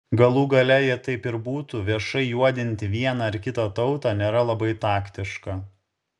galų gale jei taip ir būtų viešai juodinti vieną ar kitą tautą nėra labai taktiška